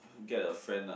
get a friend lah